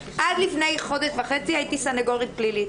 עד לפני חודש וחצי הייתי סניגורית פלילית.